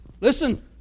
listen